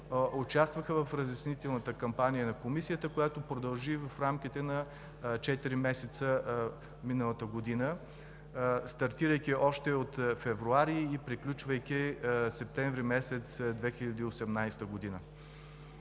участваха в разяснителната кампания на Комисията, която продължи в рамките на четири месеца миналата година, стартирайки още от февруари и приключвайки месец септември 2018 г.